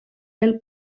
del